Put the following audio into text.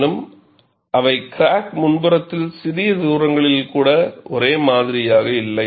மேலும் அவை கிராக் முன்புறத்தில் சிறிய தூரங்களில் கூட ஒரே மாதிரியாக இல்லை